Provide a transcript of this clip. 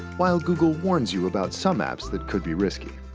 while google warns you about some apps that could be risky,